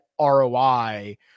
ROI